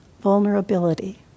vulnerability